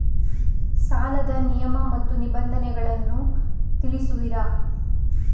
ಸಾಲದ ನಿಯಮ ಮತ್ತು ನಿಬಂಧನೆಗಳನ್ನು ತಿಳಿಸುವಿರಾ?